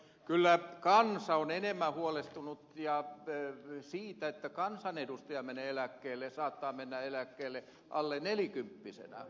kyllä kansa on enemmän huolestunut siitä että kansanedustaja saattaa mennä eläkkeelle alle nelikymppisenä